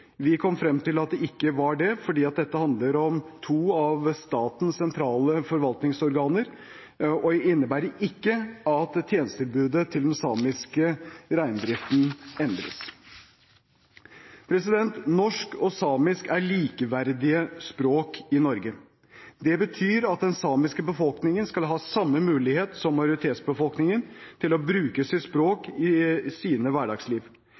Vi kom frem til at det ikke var det, fordi dette handler om to av statens sentrale forvaltningsorganer, og det innebærer ikke at tjenestetilbudet til den samiske reindriften endres. Norsk og samisk er likeverdige språk i Norge. Det betyr at den samiske befolkningen skal ha samme mulighet som majoritetsbefolkningen til å bruke sitt språk i sine hverdagsliv.